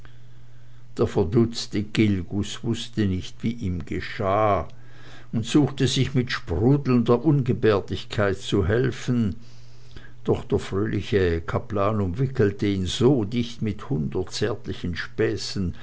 der verdutzte gilgus wußte nicht wie ihm geschah und suchte sich mit sprudelnder ungebärdigkeit zu helfen doch der fröhliche kaplan umwickelte ihn so dicht mit hundert zärtlichen späßchen